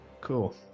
Cool